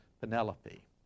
Penelope